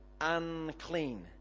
unclean